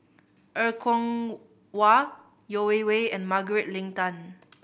Er Kwong Wah Yeo Wei Wei and Margaret Leng Tan